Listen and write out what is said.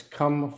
come